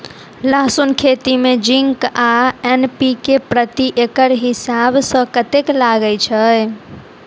लहसून खेती मे जिंक आ एन.पी.के प्रति एकड़ हिसाब सँ कतेक लागै छै?